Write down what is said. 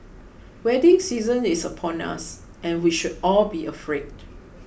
wedding season is upon us and we should all be afraid